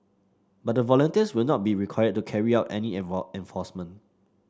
but the volunteers will not be required to carry out any involve enforcement